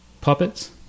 puppets